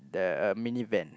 the uh mini van